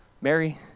Mary